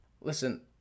Listen